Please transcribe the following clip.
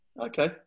Okay